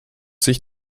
sich